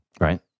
right